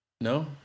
No